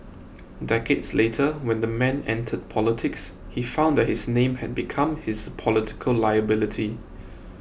decades later when the man entered politics he found that his name had become his political liability